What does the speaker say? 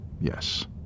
Yes